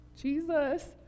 Jesus